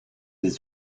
des